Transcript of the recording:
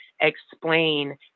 explain